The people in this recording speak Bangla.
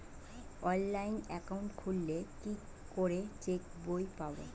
অনলাইন একাউন্ট খুললে কি করে চেক বই পাব?